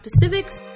specifics